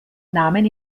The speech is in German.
nahmen